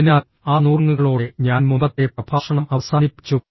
അതിനാൽ ആ നുറുങ്ങുകളോടെ ഞാൻ മുമ്പത്തെ പ്രഭാഷണം അവസാനിപ്പിച്ചു